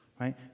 Right